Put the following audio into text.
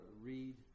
read